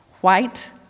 white